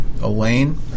Elaine